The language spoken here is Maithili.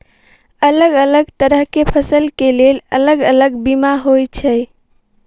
अलग अलग तरह केँ फसल केँ लेल अलग अलग बीमा होइ छै?